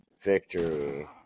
victory